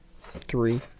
three